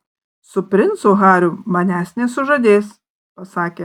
su princu hariu manęs nesužadės pasakė